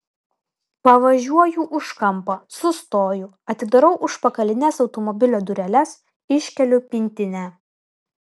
pavažiuoju už kampo sustoju atidarau užpakalines automobilio dureles iškeliu pintinę